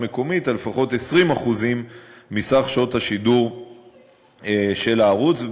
המקומית על לפחות 20% מסך שעות השידור של הערוץ.